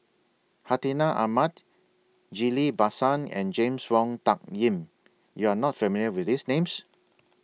Hartinah Ahmad Ghillie BaSan and James Wong Tuck Yim YOU Are not familiar with These Names